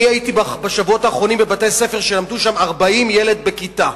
אני הייתי בשבועות האחרונים בבתי-ספר שלמדו בהם 40 ילד בכיתה.